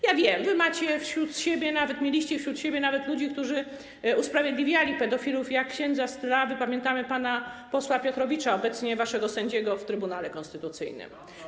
Ja wiem, wy macie wśród siebie, nawet mieliście wśród siebie ludzi, którzy usprawiedliwiali pedofilów, jak księdza z Tylawy, pamiętamy pana posła Piotrowicza, obecnie waszego sędziego w Trybunale Konstytucyjnym.